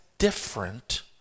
different